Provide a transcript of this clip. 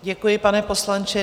Děkuji, pane poslanče.